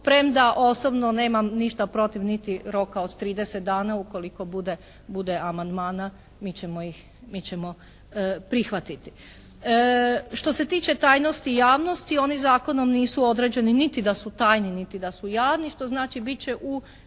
premda osobno nemam ništa protiv niti roka od 30 dana, ukoliko bude amandmana mi ćemo prihvatiti. Što se tiče tajnosti i javnosti oni zakonom nisu određeni niti da su tajni, niti da su javni, što znači bit će u